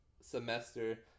semester